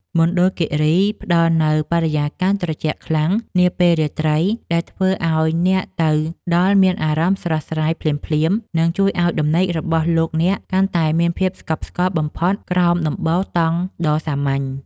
មណ្ឌលគីរីផ្តល់នូវបរិយាកាសត្រជាក់ខ្លាំងនាពេលរាត្រីដែលធ្វើឱ្យអ្នកទៅដល់មានអារម្មណ៍ស្រស់ស្រាយភ្លាមៗ និង ជួយឱ្យដំណេករបស់លោកអ្នកកាន់តែមានភាពស្កប់ស្កល់បំផុតក្រោមដំបូលតង់ដ៏សាមញ្ញ។